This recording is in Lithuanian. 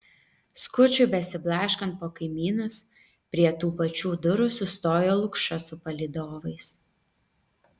skučui besiblaškant po kaimynus prie tų pačių durų sustojo lukša su palydovais